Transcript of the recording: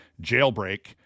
jailbreak